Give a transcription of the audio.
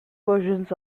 versions